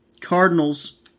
Cardinals